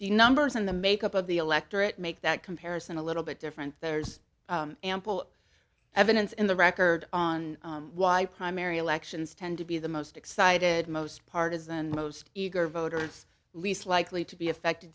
the numbers in the make up of the electorate make that comparison a little bit different there's ample evidence in the record on why primary elections tend to be the most excited most partisan most eager voters least likely to be affected